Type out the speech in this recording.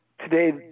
today